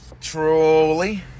Truly